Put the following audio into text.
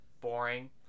boring